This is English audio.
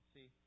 See